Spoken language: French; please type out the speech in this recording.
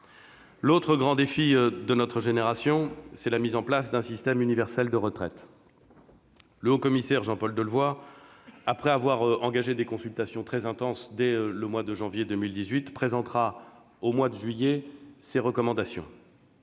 L'autre grand défi de notre génération, c'est la mise en place d'un système universel de retraites. Le haut-commissaire Jean-Paul Delevoye, après avoir engagé des consultations très intenses dès le mois de janvier 2018, présentera ses recommandations